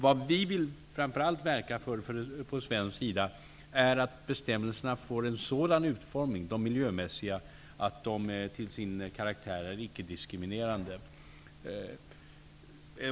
Vad vi på svensk sida framför allt vill verka för är att de miljömässiga bestämmelserna får en sådan utformning att de till sin karaktär är ickediskriminerande.